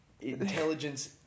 intelligence